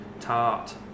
tart